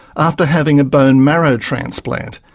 after having a bone marrow transplant.